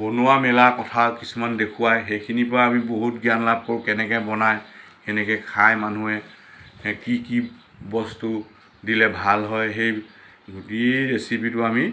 বনোৱা মেলা কথা কিছুমান দেখুৱায় সেইখিনিৰ পৰা আমি বহুত জ্ঞান লাভ কৰোঁ কেনেকৈ বনায় কেনেকৈ খায় মানুহে কি কি বস্তু দিলে ভাল হয় সেই যদি ৰেচিপিটো আমি